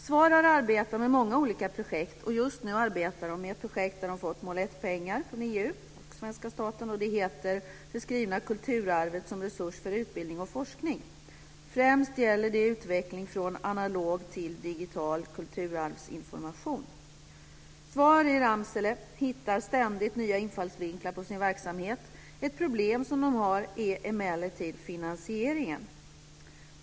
SVAR har arbetat med många olika projekt. Just nu arbetar man med ett projekt som har fått mål 1 pengar från EU och svenska staten och som heter Det skrivna kulturarvet som resurs för utbildning och forskning. Främst gäller det utveckling från analog till digital kulturarvsinformation. SVAR i Ramsele hittar ständigt nya infallsvinklar på sin verksamhet. Ett problem är emellertid finansieringen.